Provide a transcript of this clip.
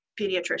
pediatrician